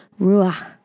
ruach